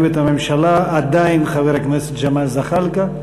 את הממשלה הוא עדיין חבר הכנסת ג'מאל זחאלקה,